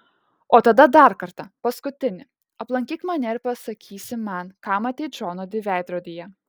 o tada dar kartą paskutinį aplankyk mane ir pasakysi man ką matei džono di veidrodyje